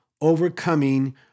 Overcoming